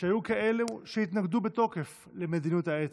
שהיו כאלו שהתנגדו בתוקף למדיניות האצ"ל,